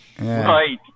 Right